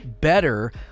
better